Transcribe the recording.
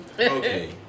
Okay